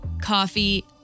coffee